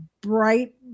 bright